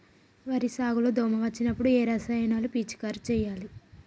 వరి సాగు లో దోమ వచ్చినప్పుడు ఏ రసాయనాలు పిచికారీ చేయాలి?